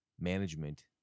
management